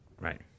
right